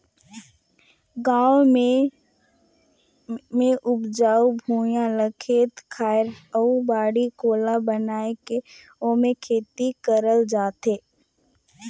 गाँव मन मे उपजऊ भुइयां ल खेत खायर अउ बाड़ी कोला बनाये के ओम्हे खेती करल जाथे